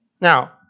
Now